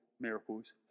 miracles